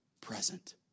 present